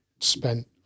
spent